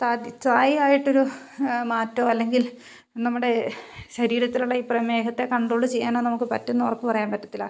സ്ഥായി സ്ഥായി ആയിട്ടൊരു മാറ്റമോ അല്ലെങ്കിൽ നമ്മുടെ ശരീരത്തിലുള്ള ഈ പ്രമേഹത്തെ കൺട്രോള് ചെയ്യാനോ നമുക്ക് പറ്റും എന്ന് ഉറപ്പുപറയാൻ പറ്റത്തില്ല